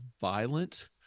violent